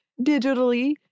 digitally